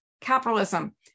Capitalism